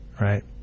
right